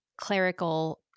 clerical